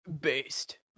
based